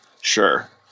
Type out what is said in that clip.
sure